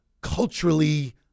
culturally